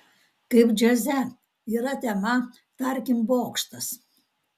kaip džiaze yra tema tarkim bokštas